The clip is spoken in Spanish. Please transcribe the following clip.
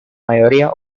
mayoría